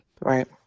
Right